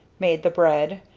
made the bread,